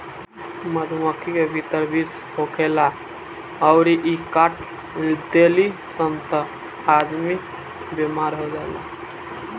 मधुमक्खी के भीतर विष होखेला अउरी इ काट देली सन त आदमी बेमार हो जाला